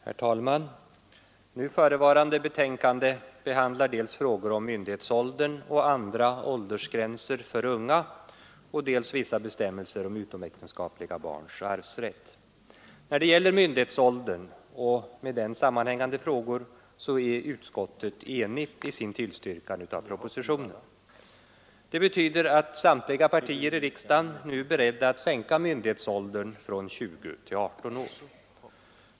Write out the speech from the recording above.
Herr talman! Nu förevarande betänkande behandlar dels frågor om myndighetsåldern och andra åldersgränser för unga, dels vissa bestämmelser om utomäktenskapliga barns arvsrätt. När det gäller myndighetsåldern och med den sammanhängande frågor är utskottet enigt i sin tillstyrkan av propositionen. Det betyder att samtliga partier i riksdagen nu är beredda att sänka myndighetsåldern från 20 till 18 år.